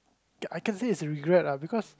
I can say it's a regret lah because